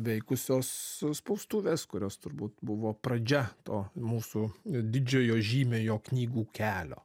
veikusios spaustuvės kurios turbūt buvo pradžia to mūsų didžiojo žymio jo knygų kelio